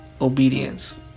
Obedience